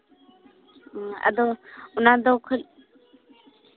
ᱟᱫᱚ ᱚᱱᱟᱫᱚ ᱠᱟᱹᱡ